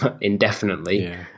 indefinitely